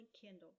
Kindle